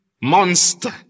monster